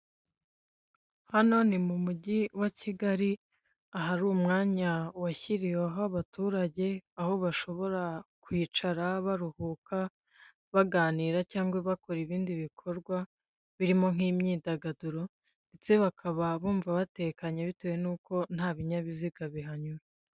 Hano ni mu mujyi wa Kigali ahari umwanya washyiriweho abaturage aho bashobora kwicara baruhuka, baganira cyangwa bakora ibindi bikorwa birimo nk'imyidagaduro, ndetse bakaba bumva batekanye bitewe n'uko ntabinyabiziga bihanyura.